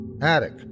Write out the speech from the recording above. Attic